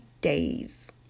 days